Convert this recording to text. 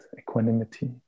equanimity